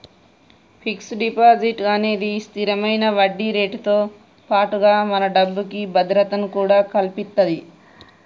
fixed deposit అనేది స్తిరమైన వడ్డీరేటుతో పాటుగా మన డబ్బుకి భద్రతను కూడా కల్పిత్తది